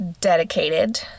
dedicated